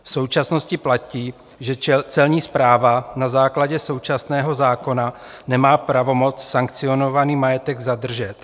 V současnosti platí, že Celní správa na základě současného zákona nemá pravomoc sankcionovaný majetek zadržet.